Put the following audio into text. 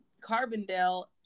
Carbondale